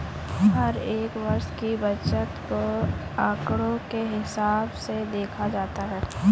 हर एक वर्ष की बचत को आंकडों के हिसाब से देखा जाता है